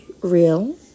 real